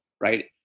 Right